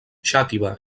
xàtiva